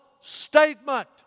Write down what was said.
statement